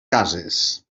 cases